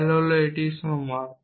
val হল এটার সমান